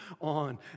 on